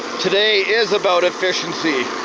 today is about efficiency.